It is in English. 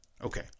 Okay